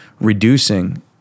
reducing